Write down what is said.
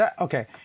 Okay